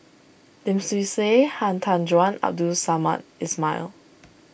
Lim Swee Say Han Tan Juan Abdul Samad Ismail